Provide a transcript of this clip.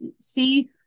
see